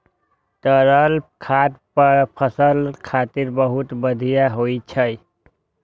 तरल खाद फसल खातिर बहुत बढ़िया होइ छै